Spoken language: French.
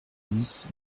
dix